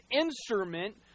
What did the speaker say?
instrument